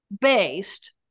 based